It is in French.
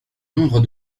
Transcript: nombre